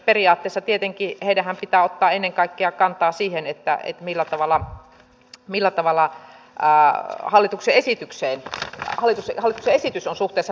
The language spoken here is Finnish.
periaatteessa tietenkin heidänhän pitää ottaa kantaa ennen kaikkea siihen millä tavalla hallituksen esitys on suhteessa perustuslakiin